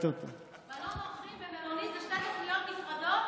מלון אורחים ומלונית זה שתי תוכניות נפרדות,